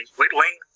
whittling